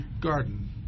garden